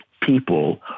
people